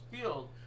field